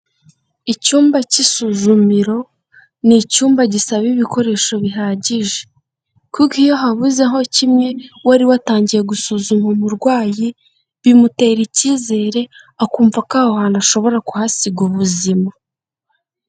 Icyumba cy'isuzumiro, ni icyumba gisaba ibikoresho bihagije kuko iyo habuzeho kimwe wari watangiye gusuzuma umurwayi bimutera icyizere akumva ko aho hantu ashobora kuhasiga ubuzima.